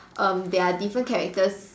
um they are different characters